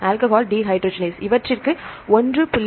alcohol dehydrogenase இவற்றிற்கு 1